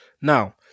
now